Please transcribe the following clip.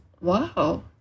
Wow